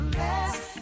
last